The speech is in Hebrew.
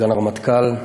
סגן הרמטכ"ל,